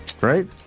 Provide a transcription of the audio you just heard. Right